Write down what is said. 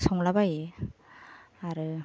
संलाबायो आरो